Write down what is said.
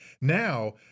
Now